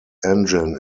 engine